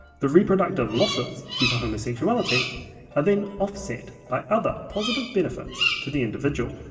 the reproductive losses due to homosexuality are then offset by other positive benefits to the individual.